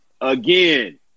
Again